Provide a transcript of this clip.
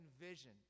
vision